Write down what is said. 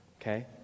okay